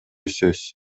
сөз